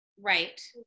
Right